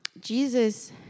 Jesus